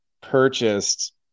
purchased